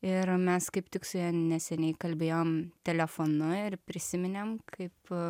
ir mes kaip tik su ja neseniai kalbėjom telefonu ir prisiminėm kaip